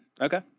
Okay